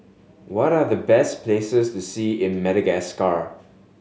what are the best places to see in Madagascar